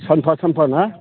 सानफा सानफा ना